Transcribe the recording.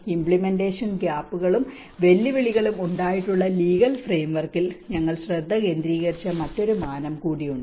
implementation ഗ്യാപ്പുകളും വെല്ലുവിളികളും ഉണ്ടായിട്ടുള്ള ലീഗൽ ഫ്രെയിംവർക്കിൽ ഞങ്ങൾ ശ്രദ്ധ കേന്ദ്രീകരിച്ച മറ്റൊരു മാനം കൂടിയുണ്ട്